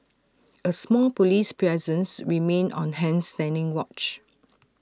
A small Police presence remained on hand standing watch